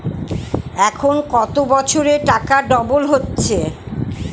এখন কত বছরে টাকা ডবল হচ্ছে?